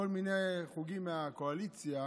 כל מיני חוגים מהקואליציה,